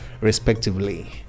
respectively